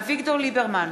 אביגדור ליברמן,